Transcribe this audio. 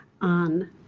on